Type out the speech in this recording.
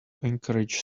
encourage